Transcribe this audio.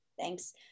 thanks